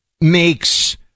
makes